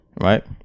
right